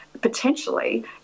potentially